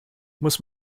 muss